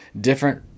different